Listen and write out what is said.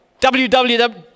www